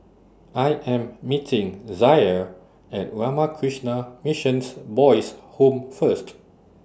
I Am meeting Zaire At Ramakrishna Mission Boys' Home First